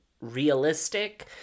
realistic